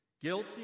Guilty